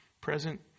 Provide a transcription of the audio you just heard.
present